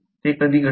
ते कधी घडते